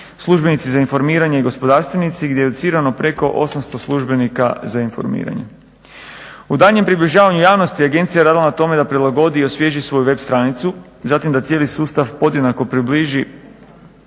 službenici za informiranja i gospodarstvenici gdje je educirano preko 800 službenika za informiranje. U daljnjem približavanju javnosti agencija je radila na tome da prilagodi i osvježi svoju web stranicu, zatim da cijeli sustav podjednako približi